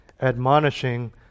admonishing